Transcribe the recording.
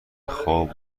خواب